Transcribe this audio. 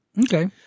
Okay